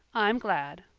i'm glad,